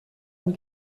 une